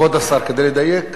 כבוד השר, כדי לדייק: